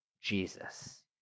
Jesus